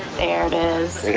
there it is.